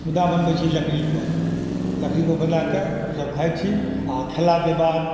मुदा बनबै छी लकड़ीपर लकड़ीपर बनाकऽ हमसब खाइ छी आओर खेलाके बाद